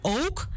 ook